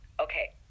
Okay